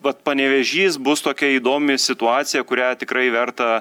vat panevėžys bus tokia įdomi situacija kurią tikrai verta